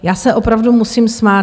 Já se opravdu musím smát.